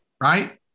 right